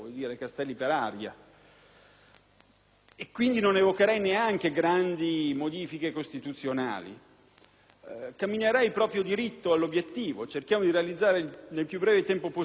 aria. Non evocherei neanche, quindi, grandi modifiche costituzionali; camminerei proprio diritto verso l'obiettivo: cerchiamo di realizzare nel più breve tempo possibile l'approvazione di questa legge